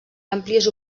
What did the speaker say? àmplies